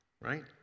right